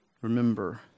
Remember